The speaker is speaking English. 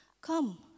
come